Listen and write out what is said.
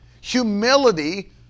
Humility